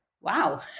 wow